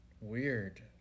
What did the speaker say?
Weird